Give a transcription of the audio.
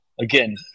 again